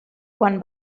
quan